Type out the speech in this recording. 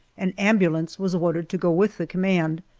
an ambulance was ordered to go with the command,